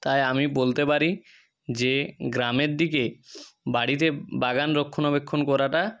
তাই আমি বলতে পারি যে গ্রামের দিকে বাড়িতে বাগান রক্ষণাবেক্ষণ করাটা